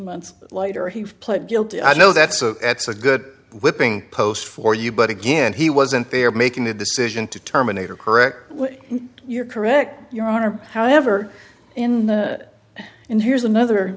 months later he pled guilty i know that's a that's a good whipping post for you but again he wasn't there making the decision to terminate or correct you're correct your honor however in the and here's another